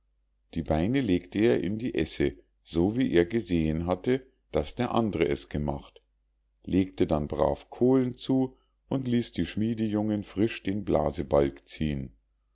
die beine legte er in die esse so wie er gesehen hatte daß der andre es gemacht legte dann brav kohlen zu und ließ die schmiedejungen frisch den blasebalg ziehen